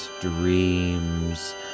dreams